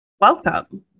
Welcome